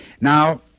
Now